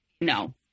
no